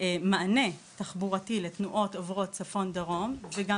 וכמענה תחבורתי לתנועות עוברות צפון-דרום וגם